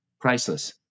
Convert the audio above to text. priceless